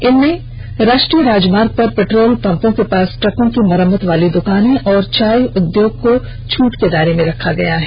इन दिशा निर्देशों में राष्ट्रीय राजमार्ग पर पेट्रोल पंपों के पास ट्रकों की मरम्मत वाली दुकानों तथा चाय उद्योग को छूट के दायरे में रखा गया है